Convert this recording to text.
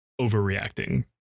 overreacting